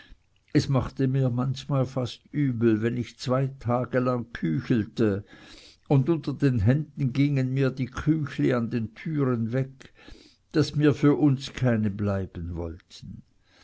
es machte mir manchmal fast übel wenn ich zwei tage lang küchelte und unter den händen gingen mir die küchli an den türen weg daß mir für uns keine bleiben wollten